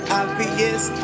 obvious